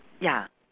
ya